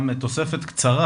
גם תוספת קצרה.